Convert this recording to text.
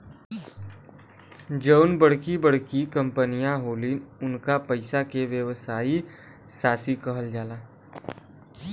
जउन बड़की बड़की कंपमीअन होलिन, उन्कर पइसा के व्यवसायी साशी कहल जाला